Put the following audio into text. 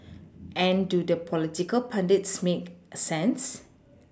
and do the political pundits make sense